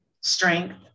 strength